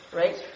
right